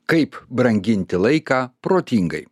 kaip branginti laiką protingai